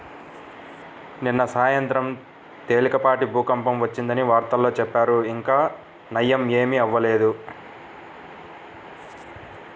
నిన్న సాయంత్రం తేలికపాటి భూకంపం వచ్చిందని వార్తల్లో చెప్పారు, ఇంకా నయ్యం ఏమీ అవ్వలేదు